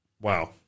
wow